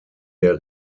der